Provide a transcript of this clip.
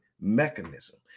mechanism